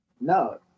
No